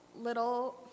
little